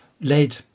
lead